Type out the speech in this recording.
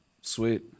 Sweet